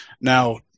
Now